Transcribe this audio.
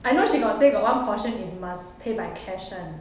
I know she got say got one portion is must pay by cash [one]